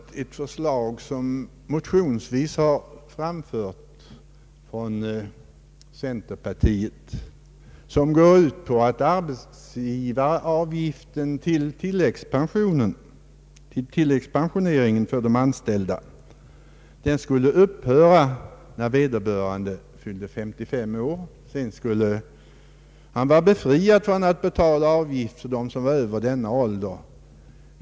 vid det förslag som centerpartiet framfört motionsvägen, nämligen att man inte skulle ta ut arbetsgivaravgift till ATP för anställda efter fyllda 55 år. Arbetsgivaren skulle bli befriad från skyldigheten att betala avgift för dem som var över denna ålder.